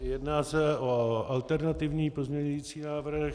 Jedná se o alternativní pozměňovací návrh.